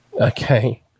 Okay